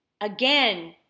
again